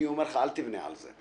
אני אומר לך, אל תבנה על זה.